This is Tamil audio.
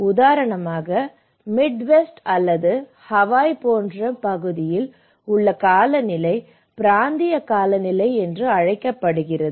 உதாரணமாக மிட்வெஸ்ட் அல்லது ஹவாய் போன்ற பகுதியில் உள்ள காலநிலை பிராந்திய காலநிலை என்று அழைக்கப்படுகிறது